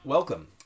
Welcome